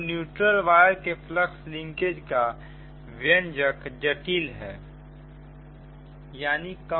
तो neutral wire के flux linkage का व्यंजक जटिल है